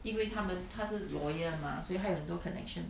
因为他们她是 lawyer mah 所以她有很多 connection